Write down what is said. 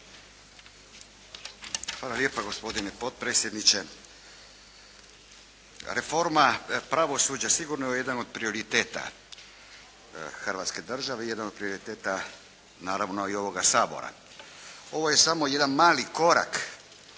Hvala lijepa gospodine potpredsjedniče. Reforma pravosuđa je sigurno jedan od prioriteta Hrvatske države, jedan od prioriteta naravno i ovoga Sabora. Ovo je samo jedan mali korak